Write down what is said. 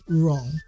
wrong